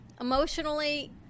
emotionally